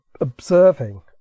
observing